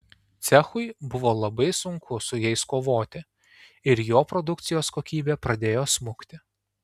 cechui buvo labai sunku su jais kovoti ir jo produkcijos kokybė pradėjo smukti